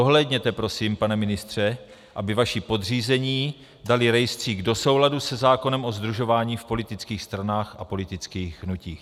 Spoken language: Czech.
Dohlédněte prosím, pane ministře, aby vaši podřízení dali rejstřík do souladu se zákonem o sdružování v politických stranách a politických hnutích.